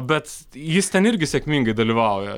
bet jis ten irgi sėkmingai dalyvauja